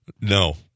No